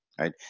right